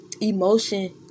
emotion